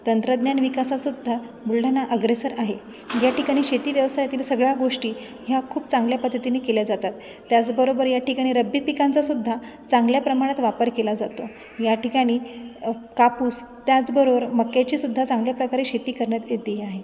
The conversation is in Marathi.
तंत्रज्ञान विकासातसुद्धा बुलढाणा अग्रेसर आहे या ठिकाणी शेती व्यवसायातील सगळ्या गोष्टी ह्या खूप चांगल्या पद्धतीने केल्या जातात त्याचबरोबर या ठिकाणी रब्बी पिकांचासुद्धा चांगल्या प्रमाणात वापर केला जातो या ठिकाणी कापूस त्याच बरोअर मक्याचीसुद्धा चांगल्याप्रकारे शेती करण्यात येते आहे